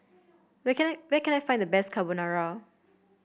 where can I where can I find the best Carbonara